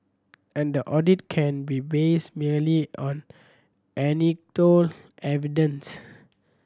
and the audit can be based merely on evidence